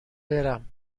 برم